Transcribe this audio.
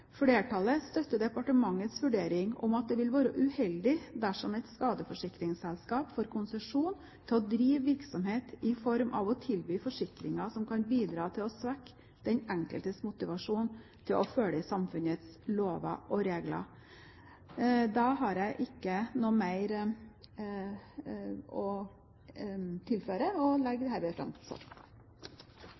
Flertallet støtter departementets vurdering, at det vil være uheldig dersom et skadeforsikringsselskap får konsesjon til å drive virksomhet i form av å tilby forsikringer som kan bidra til å svekke den enkeltes motivasjon til å følge samfunnets lover og regler. Da har jeg ikke mer å tilføre, og legger herved fram